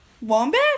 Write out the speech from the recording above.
Wombat